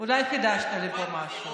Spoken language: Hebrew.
אולי חידשת לי פה משהו.